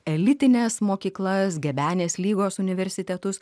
elitines mokyklas gebenės lygos universitetus